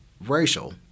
racial